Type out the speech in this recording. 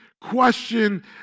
question